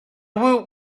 woot